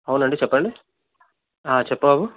అవునండి చెప్పండి చెప్పు బాబు